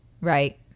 Right